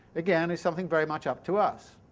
again, is something very much up to us.